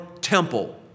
temple